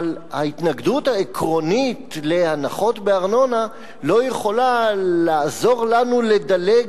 אבל ההתנגדות העקרונית להנחות בארנונה לא יכולה לעזור לנו לדלג